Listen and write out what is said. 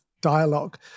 dialogue